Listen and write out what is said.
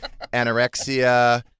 anorexia